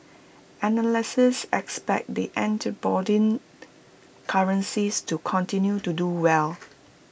analysts expect the antipodean currencies to continue to do well